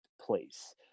place